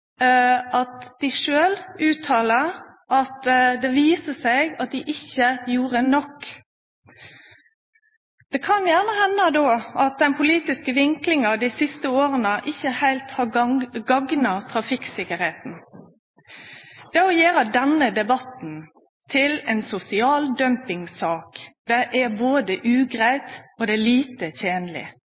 at dei sjølve uttalar at det viser seg at dei ikkje gjorde nok. Då kan det hende at den politiske vinklinga dei siste åra ikkje heilt har gagna trafikksikkerheita. Å gjere denne debatten til ei sosial dumpingsak er både ugreitt og lite tenleg.